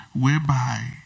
whereby